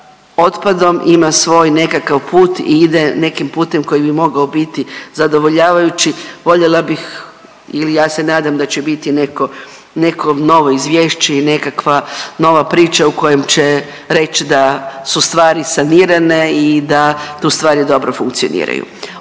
otpadom ima svoj nekakav put i ide nekim putem koji bi mogao biti zadovoljavajući. Voljela bih ili ja se nadam da će biti neko, neko novo izvješće i nekakva nova priča u kojem će reći da su stvari sanirane i da tu stvari dobro funkcioniraju.